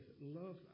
love